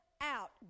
out